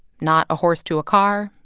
not a horse to a car,